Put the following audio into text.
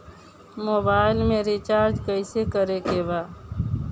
Mobile में recharge कइसे करे के बा?